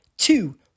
Two